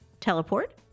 teleport